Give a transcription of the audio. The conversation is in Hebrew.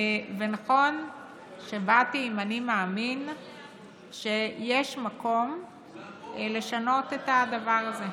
ונכון שבאתי עם אני מאמין שיש מקום לשנות את הדבר הזה.